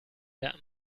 der